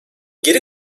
geri